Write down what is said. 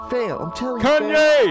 Kanye